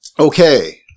Okay